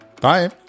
bye